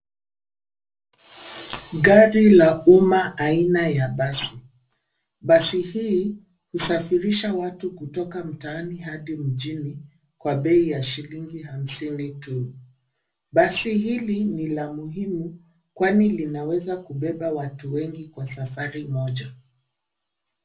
Gari la umma aina ya basi, basi hii husafirisha watu kutoka mtaan hadi mjini kwa bei ya shilingi hamsini tu. Basi hili ni la muhimu kwani linaweza kubeba watu wengi kwa safari moja.